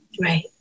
Right